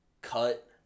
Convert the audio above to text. cut